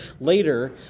later